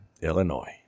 illinois